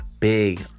big